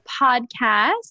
Podcast